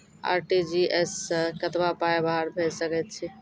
RTGS सअ कतबा पाय बाहर भेज सकैत छी?